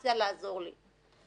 מוטיבציה לעזור לי,